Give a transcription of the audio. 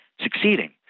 succeeding